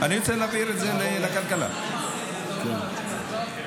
שלום דנינו (הליכוד): כלכלה זה מצוין.